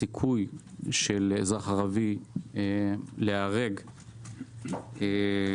הסיכוי של אזרח ערבי להיהרג בתאונות